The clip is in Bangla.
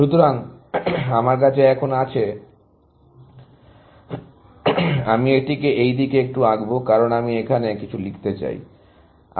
সুতরাং আমার কাছে এখন আছে আমি এটিকে এই দিকে একটু আঁকব কারণ আমি এখানে কিছু লিখতে চাই